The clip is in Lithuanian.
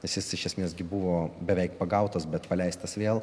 nes jis iš esmės gi buvo beveik pagautas bet paleistas vėl